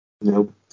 Nope